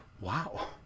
Wow